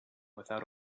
without